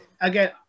Again